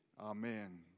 Amen